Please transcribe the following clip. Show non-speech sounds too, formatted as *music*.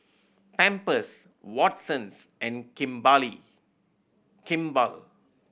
Pampers Watsons and *unintelligible* Kimball